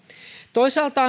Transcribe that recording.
toisaalta